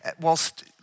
whilst